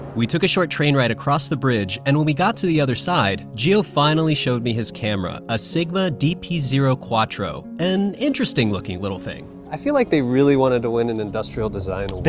we took a short train ride across the bridge, and when we got to the other side, gio finally showed me his camera a sigma d p zero quattro, an interesting looking little thing. i feel like they really wanted to win an industrial design